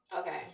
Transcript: Okay